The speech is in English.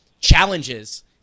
challenges